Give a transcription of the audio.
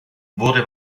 wurde